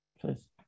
Please